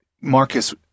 Marcus